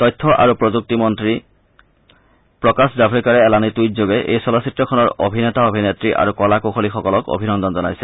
তথ্য আৰু প্ৰযুক্তি মন্ত্ৰী প্ৰকাশ জাৱেকাৰে এলানি টুইটযোগে এই চলচ্চিত্ৰখনৰ অভিনেতা অভিনেত্ৰী আৰু কলা কুশলীসকলক অভিনন্দন জনাইছে